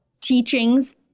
teachings